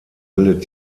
bildet